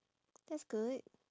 that's good